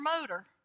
motor